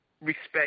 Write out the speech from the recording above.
respect